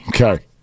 Okay